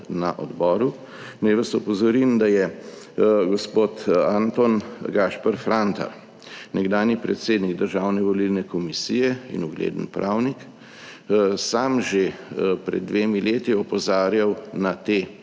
na odboru, naj vas opozorim, da je gospod Anton Gašper Frantar, nekdanji predsednik Državne volilne komisije in ugleden pravnik, sam že pred dvemi leti opozarjal na te,